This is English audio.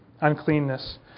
uncleanness